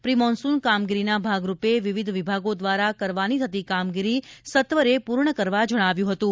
pre monsoon કામગીરીના ભાગરૂપે વિવિધ વિભાગો દ્વારા કરવાની થતી કામગીરી સત્વરે પૂર્ણ કરવા જણાવ્યું હતું